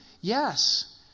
Yes